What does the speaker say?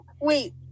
Wait